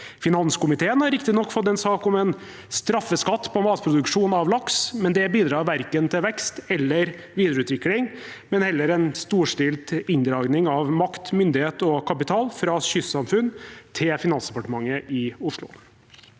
Finanskomiteen har riktignok fått en sak om straffeskatt på matproduksjon av laks. Det bidrar verken til vekst eller videreutvikling, men heller til en storstilt inndragning av makt, myndighet og kapital fra kystsamfunn til Finansdepartementet i Oslo.